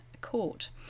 court